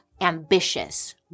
ambitious